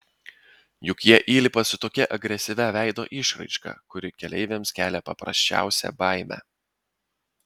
juk jie įlipa su tokia agresyvia veido išraiška kuri keleiviams kelia paprasčiausią baimę